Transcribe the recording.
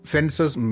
Fences